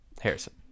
Harrison